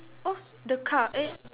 oh the car eh